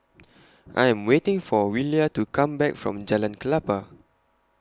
I Am waiting For Willia to Come Back from Jalan Klapa